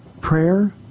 prayer